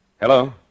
Hello